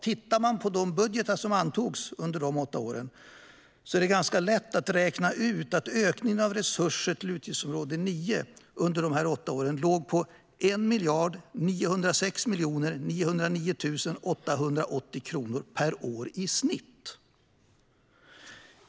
Tittar man på de budgetar som antogs är det lätt att räkna ut att den genomsnittliga ökningen av resurser till utgiftsområde 9 per år uppgick till 1 906 909 880 kronor.